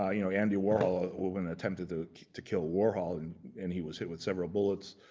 ah you know, andy warhol, a woman attempted to kill warhol and and he was hit with several bullets.